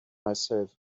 myself